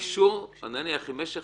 משך